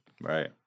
Right